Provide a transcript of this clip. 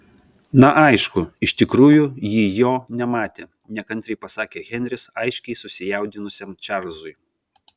na aišku iš tikrųjų ji jo nematė nekantriai pasakė henris aiškiai susijaudinusiam čarlzui